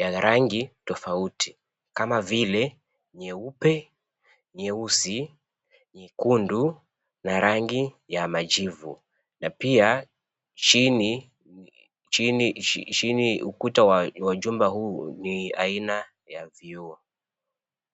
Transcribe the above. ,ya rangi tofauti kama vile; nyeupe, nyeusi, nyekundu na rangi ya majivu na pia chini ,ukuta wa jumba hu ni aina ya vioo.